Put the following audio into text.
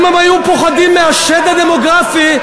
אם הם היו פוחדים מהשד הדמוגרפי,